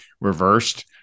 reversed